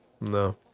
No